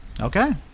Okay